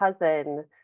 cousin